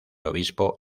obispo